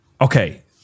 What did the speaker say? okay